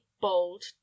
bold